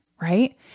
right